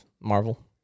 Marvel